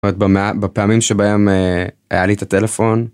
זאת אומרת, בפעמים שבהם היה לי את הטלפון.